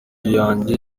yanjye